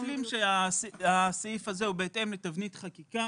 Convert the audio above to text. אני רק אשלים שהסעיף הזה הוא בהתאם לתבנית חקיקה